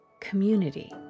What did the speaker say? community